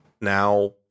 Now